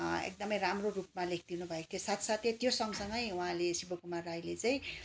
एकदमै राम्रो रूपमा लेखिदिनु भएको थियो साथसाथै त्यो सँगसँगैँ उहाँ शिवकुमार राईले चाहिँ